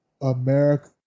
America